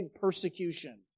persecution